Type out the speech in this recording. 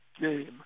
game